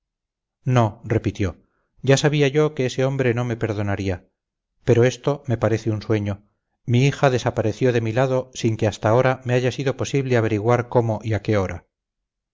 no repitió ya sabía yo que ese hombre no me perdonaría pero esto me parece un sueño mi hija desapareció de mi lado sin que hasta ahora me haya sido posible averiguar cómo y a qué hora